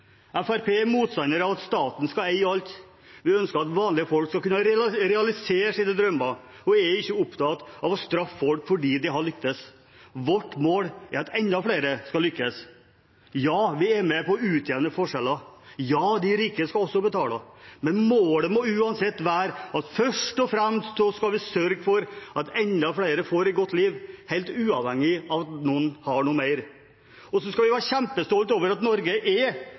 Fremskrittspartiet er motstander av at staten skal eie alt. Vi ønsker at vanlige folk skal kunne realisere sine drømmer, og er ikke opptatt av å straffe folk fordi de har lyktes. Vårt mål er at enda flere skal lykkes. Ja, vi er med på å utjevne forskjeller. Ja, de rike skal også betale. Men målet må uansett være at vi først og fremst skal sørge for at enda flere får et godt liv, helt uavhengig av at noen har noe mer. Så skal vi være kjempestolte over at Norge er